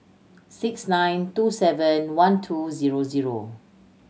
six nine two seven one two zero zero